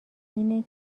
اینه